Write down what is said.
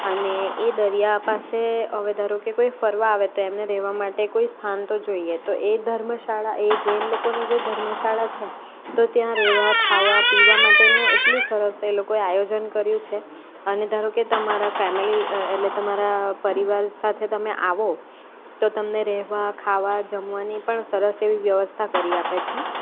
અને એ દરિયા પાસે હવે ધારો કે કોઈ ફરવા આવે તો એમને રહેવા માટે કોઈ સ્થાન તો જોઈએ તો એ ધર્મશાળા એ જૈન લોકોની જે ધર્મશાળા છે તો ત્યાં રહેવા ખાવા પીવા માટેનું એટલું સરસ એ લોકોએ આયોજન કર્યું છે અને ધારો કે તમારા ફેમલી એટલે તમારા પરિવાર સાથે તમે આવો તો તમને રહેવા ખાવા જમવાની પણ સરસ એવી વ્યવસ્થા કરી આપે છે